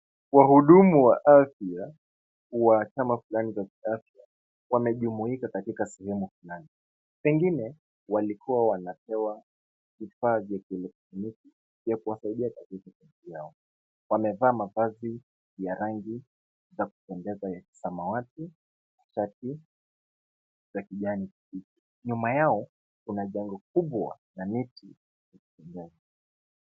Wahudumu wa afya, wa chama fulani cha kiafya, wamejumuika katika sehemu fulani. Pengine, walikuwa wanapewa vifaa vya kielektroniki vya kuwasaidia katika shughuli yao. Wamevaa mavazi ya rangi ya kupendeza ya kisamawati na shati za kijani kibichi. Nyuma yao, kuna jengo kubwa la neti.